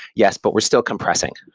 yes, but we're still compressing.